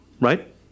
Right